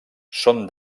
són